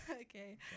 Okay